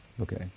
Okay